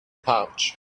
pouch